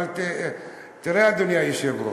אבל תראה, אדוני היושב-ראש: